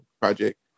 project